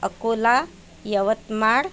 Akola Yavatmal